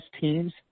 teams